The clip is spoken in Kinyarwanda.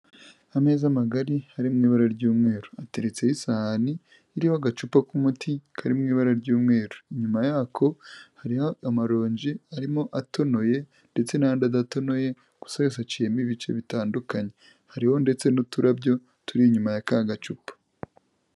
Ameza magari hari mu ibura ry'umweru, ateretseho isahani iriho agacupa k'umuti kari mu ibara ry'umweru, inyuma yako hariho amaronji arimo atonoye ndetse n'andi adatonoye gusa yose aciyemo ibice bitandukanye, hariho ndetse n'uturabyo turi inyuma ya ka gacupa.